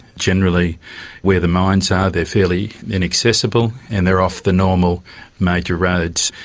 generally where the mines are, they're fairly inaccessible and they're off the normal major roads.